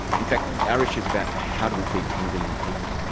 in fact our issue is about how do we feed ten billion people,